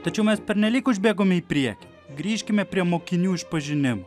tačiau mes pernelyg užbėgome į priekį grįžkime prie mokinių išpažinimų